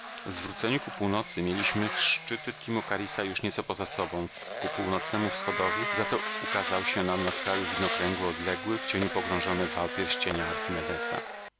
zwróceni ku północy mieliśmy szczyty timocharisa już nieco poza sobą ku północnemu wschodowi zato ukazał się nam na skraju widnokręgu odległy w cieniu pogrążony wał pierścienia archimedesa